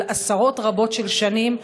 אבל עשרות רבות של שנים.